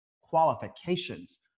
qualifications